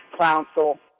council